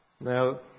now